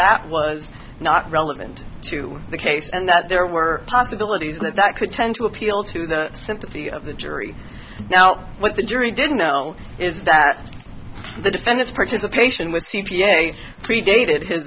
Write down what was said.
that was not relevant to the case and that there were possibilities that that could tend to appeal to the sympathy of the jury now what the jury didn't know is that the defendants participation with c p a predate